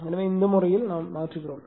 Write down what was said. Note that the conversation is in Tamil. எனவே இந்த முறையில் மாற்றப்படும்